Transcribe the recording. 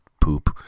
poop